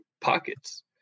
pockets